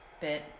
bit